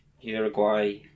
Uruguay